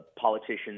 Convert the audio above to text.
politicians